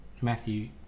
Matthew